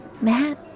Matt